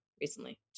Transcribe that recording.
recently